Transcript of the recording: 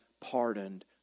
pardoned